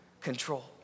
control